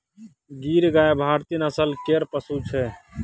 गीर गाय भारतीय नस्ल केर पशु छै